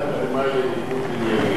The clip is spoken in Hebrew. זו היתה הדוגמה לניגוד עניינים.